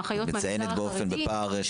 את מדברת על פער.